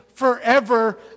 forever